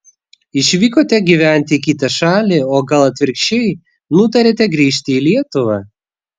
išvykote gyventi į kitą šalį o gal atvirkščiai nutarėte grįžti į lietuvą